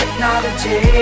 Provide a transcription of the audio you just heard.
Technology